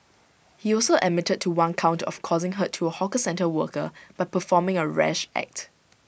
he also admitted to one count of causing hurt to A hawker centre worker by performing A rash act